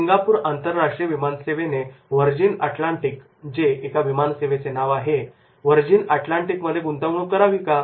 Singapore आंतरराष्ट्रीय विमान सेवेने व्हर्जिन अटलांटिक हे एका विमानसेवेचे नाव आहे मध्ये गुंतवणूक करावी का